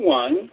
one